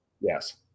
Yes